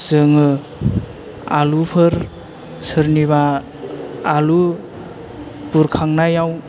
जोङो आलुफोर सोरनिबा आलु बुरखांनायाव